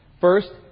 First